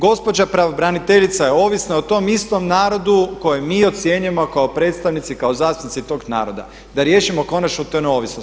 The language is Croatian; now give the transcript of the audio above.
Gospođa pravobraniteljica je ovisna o tom istom narodu kojeg mi ocjenjujemo kao predstavnici, kao zastupnici tog naroda, da riješimo konačno tu neovisnost.